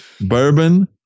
bourbon